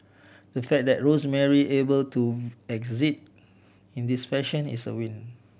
the fact that Rosemary able to exit in this fashion is a win